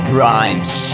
rhymes